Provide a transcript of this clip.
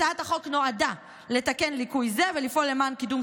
הצעת החוק נועדה לתקן ליקוי זה ולפעול למען קידום